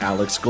Alex